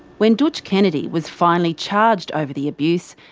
when dootch kennedy was finally charged over the abuse,